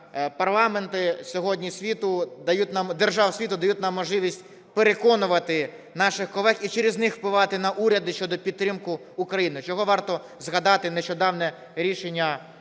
держав світу дають нам можливість переконувати наших колег і через них впливати на уряди щодо підтримки України. Чого варто згадати нещодавнє рішення одного